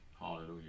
Hallelujah